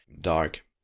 dark